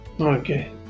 okay